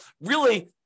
really-